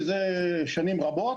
מזה שנים רבות,